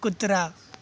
कुत्रा